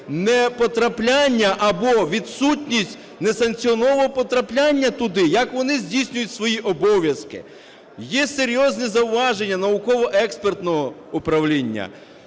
непотрапляння або відсутність несанкціонованого потрапляння туди, як вони здійснюють свої обов'язки. Є серйозні зауваження науково-експертного управління,